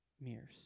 mirrors